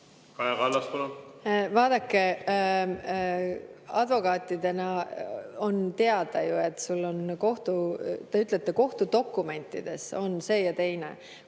Kaja Kallas, palun! Vaadake, advokaatidel on teada ju, et sul on kohtu ... Te ütlete, kohtudokumentides on see ja teine.